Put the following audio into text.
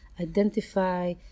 identify